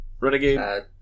Renegade